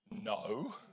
No